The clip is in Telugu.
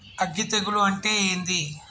అగ్గి తెగులు అంటే ఏంది?